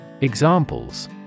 Examples